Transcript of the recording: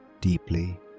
deeply